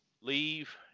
leave